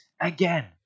again